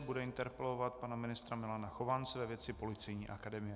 Bude interpelovat pana ministra Milana Chovance ve věci Policejní akademie.